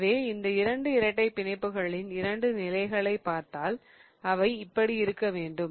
எனவே இந்த இரண்டு இரட்டை பிணைப்புகளின் இரண்டு நிலைகளை பார்த்தால் அவை இப்படி இருக்க வேண்டும்